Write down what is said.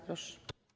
Proszę.